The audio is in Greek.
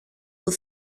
που